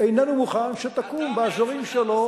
אינני מוכן שתקום באזורים שלו,